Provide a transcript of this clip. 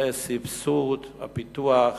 וסבסוד הפיתוח,